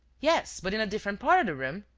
yes, but in a different part of the room.